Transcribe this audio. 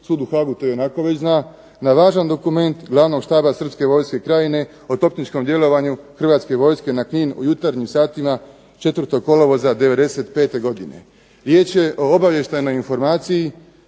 sud u Haagu to već ionako zna, na važan dokument glavnog štaba Srpske vojske krajine o topničkom djelovanju Hrvatske vojske na Knin u jutarnjim satima 4. kolovoza 95. godine. Riječ je o obavještajnoj informaciji